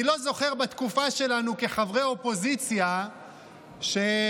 אני לא זוכר בתקופה שלנו כחברי אופוזיציה שנעדרנו